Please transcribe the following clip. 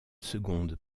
seconde